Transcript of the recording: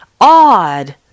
odd